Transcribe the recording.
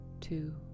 two